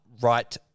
right